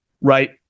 Right